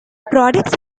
products